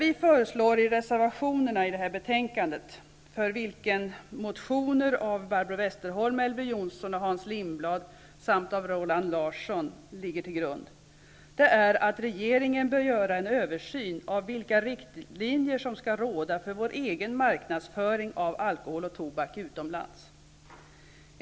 I reservationerna till det här betänkandet föreslår vi att regeringen bör göra en översyn av vilka riktlinjer som skall råda för vår egen marknadsföring av alkohol och tobak utomlands. Lindblad och Roland Larsson.